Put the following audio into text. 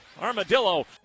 armadillo